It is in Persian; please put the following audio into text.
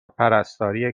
پرستاری